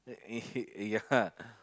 eh yeah